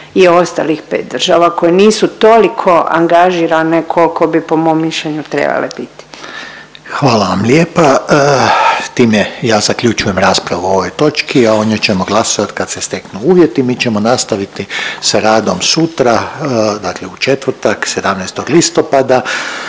i ostalih pet država koje nisu toliko angažirane kolko bi po mom mišljenju trebale biti. **Reiner, Željko (HDZ)** Hvala vam lijepa. Time ja zaključujem raspravu o ovoj točki, a o njoj ćemo glasovat kad se steknu uvjeti. Mi ćemo nastaviti sa radom sutra, dakle u četvrtak 17. listopada